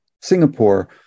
Singapore